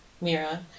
Mira